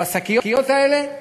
בשקיות האלה.